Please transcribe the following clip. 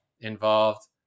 involved